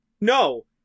No